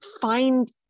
find